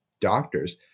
doctors